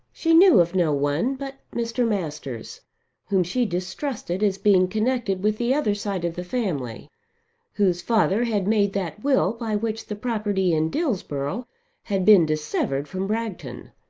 she knew of no one but mr. masters whom she distrusted as being connected with the other side of the family whose father had made that will by which the property in dillsborough had been dissevered from bragton.